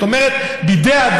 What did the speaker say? זאת אומרת, המשבר הזה נוצר בידי האדם.